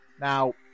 Now